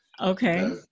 Okay